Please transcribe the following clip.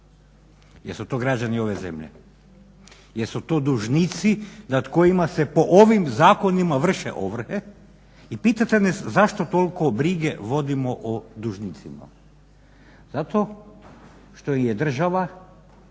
Jesu to građani ove zemlje? Jesu to dužnici nad kojima se po ovim zakonima vrše ovrhe i pitate nas zašto toliko brige vodimo o dužnicima? Zato što im je država,